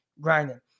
grinding